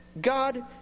God